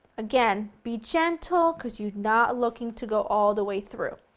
again, be gentle because you're not looking to go all the way through.